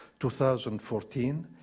2014